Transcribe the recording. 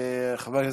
אנחנו בעד.